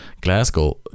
Glasgow